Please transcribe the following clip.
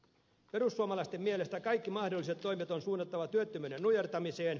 perussuomalaisten mielestä kaikki mahdolliset toimet on suunnattava työttömyyden nujertamiseen